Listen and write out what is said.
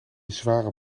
zware